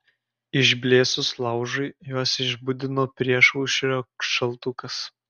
išblėsus laužui juos išbudino priešaušrio šaltukas